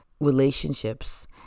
relationships